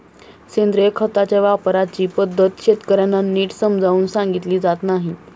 सेंद्रिय खताच्या वापराची पद्धत शेतकर्यांना नीट समजावून सांगितली जात नाही